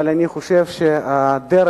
אבל אני חושב שהדרך